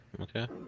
okay